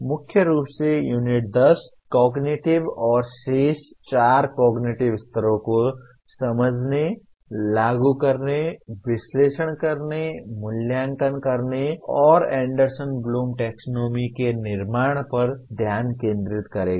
मुख्य रूप से यूनिट 10 कॉगनिटिव शेष चार कॉगनिटिव स्तरों को समझने लागू करने विश्लेषण करने मूल्यांकन करने और एंडरसन ब्लूम टैक्सोनॉमी के निर्माण पर ध्यान केंद्रित करेगा